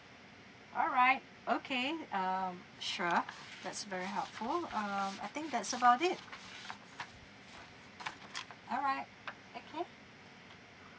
alright okay um sure that's very helpful um I think that's about it alright okay